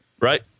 right